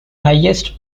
highest